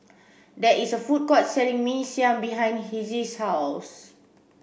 there is a food court selling Mee Siam behind Hezzie's house